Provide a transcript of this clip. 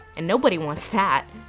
and nobody wants that!